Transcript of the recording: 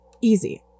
easy